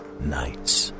nights